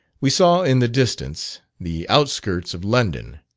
we saw in the distance the out-skirts of london.